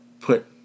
put